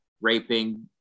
raping